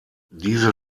diese